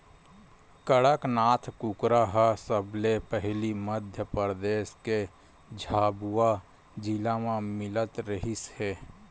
कड़कनाथ कुकरा ह सबले पहिली मध्य परदेस के झाबुआ जिला म मिलत रिहिस हे